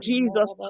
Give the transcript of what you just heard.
Jesus